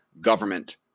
government